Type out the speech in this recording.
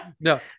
No